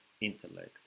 intellect